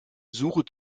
suche